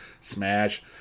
Smash